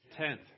Tenth